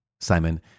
Simon